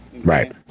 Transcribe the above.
Right